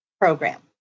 program